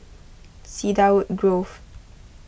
Cedarwood Grove